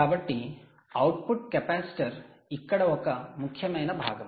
కాబట్టి output capacitor ఇక్కడ ఒక ముఖ్యమైన భాగం